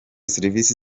serivisi